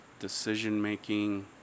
decision-making